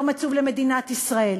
יום עצוב למדינת ישראל,